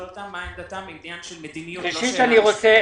אותם מה עמדתם בעניין של מדיניות לא של --- ראשית